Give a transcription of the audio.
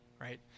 right